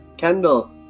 Kendall